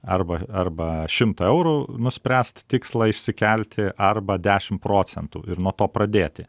arba arba šimtą eurų nuspręst tikslą išsikelti arba dešim procentų ir nuo to pradėti